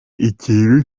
ikintu